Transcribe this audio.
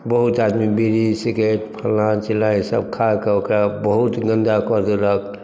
बहुत आदमी बीड़ी सिकरेट फलाॅं चिलाॅं ई सब खा कऽ ओकरा बहुत गन्दा कऽ देलक